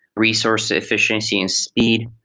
resource efficiency and speed.